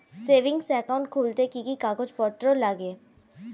Savings account খুলতে কি কি কাগজপত্র লাগে?